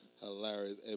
hilarious